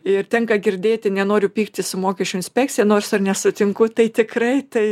ir tenka girdėti nenoriu pyktis su mokesčių inspekcija nors ir nesutinku tai tikrai tai